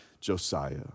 Josiah